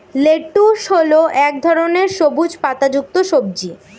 lettuce হল এক ধরনের সবুজ পাতাযুক্ত সবজি